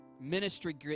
ministry